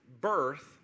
birth